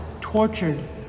tortured